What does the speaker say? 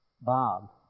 Bob